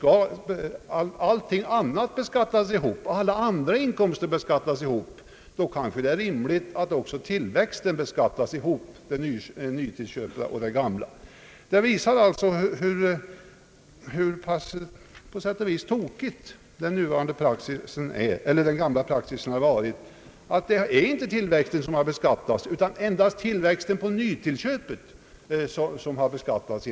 Alla andra inkomster beskattas tillsammans, och därför är det rimligt att också tillväxten på båda fastigheterna beskattas tillsammans. Den gamla praxis har alltså varit tokig på det sättet att endast tillväxten på nytillskottet har beskattats.